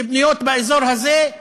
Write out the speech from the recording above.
שבנויים באזור הזה,